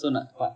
so naan